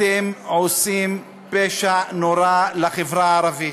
אתם עושים פשע נורא לחברה הערבית.